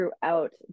throughout